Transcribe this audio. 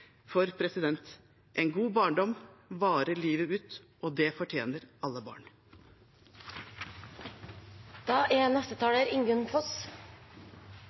For en god barndom varer livet ut, og det fortjener alle barn. Etter åtte år med borgerlig regjering er